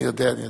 אני יודע.